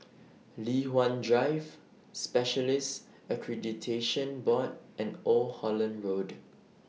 Li Hwan Drive Specialists Accreditation Board and Old Holland Road